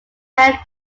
bank